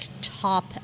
top